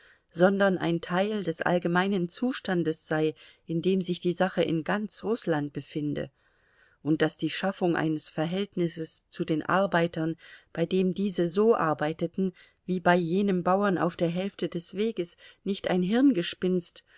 sondern ein teil des allgemeinen zustandes sei in dem sich die sache in ganz rußland befinde und daß die schaffung eines verhältnisses zu den arbeitern bei dem diese so arbeiteten wie bei jenem bauern auf der hälfte des weges nicht ein hirngespinst